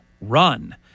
run